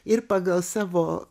ir pagal savo